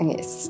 Yes